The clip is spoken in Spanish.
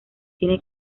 tiene